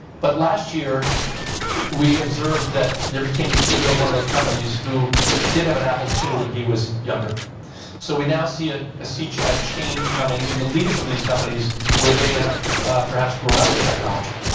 but last year we observed that there became a ceo of one of those companies who did have an apple two when he was younger so we now see ah see a change coming in the leadership of these companies where they have perhaps grown up with technology.